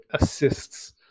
assists